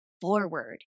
forward